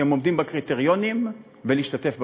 שהם עומדים בקריטריונים ולהשתתף בהגרלה.